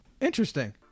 interesting